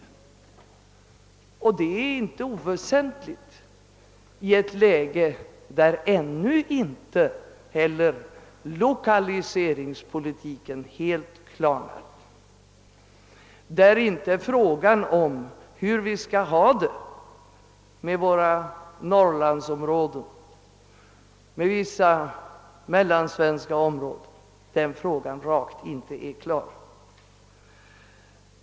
Detta är inte oväsentligt i ett läge där lokaliseringspolitiken ännu inte är helt klarlagd. Frågan om hur vi skall ha det med våra norrlandsområden och med vissa mellansvenska områden är inte på något sätt klar.